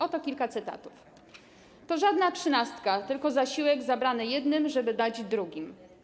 Oto kilka cytatów: To żadna trzynastka, tylko zasiłek zabrany jednym, żeby dać drugim.